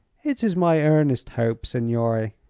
it is my earnest hope, signore.